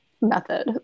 method